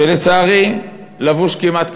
שלצערי לבוש כמעט כמוני,